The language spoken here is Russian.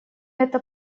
это